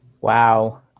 Wow